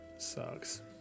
sucks